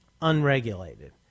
unregulated